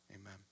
Amen